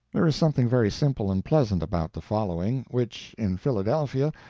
there is something very simple and pleasant about the following, which, in philadelphia,